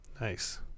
Nice